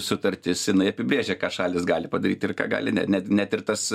sutartis jinai apibrėžia ką šalys gali padaryt ir ką gali ne net net ir tas